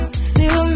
Feel